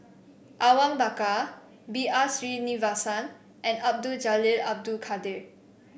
Awang Bakar B R Sreenivasan and Abdul Jalil Abdul Kadir